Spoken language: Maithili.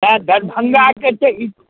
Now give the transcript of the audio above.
सएह दरभङ्गाके जे इप